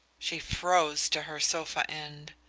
she froze to her sofa-end.